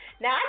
Now